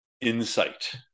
insight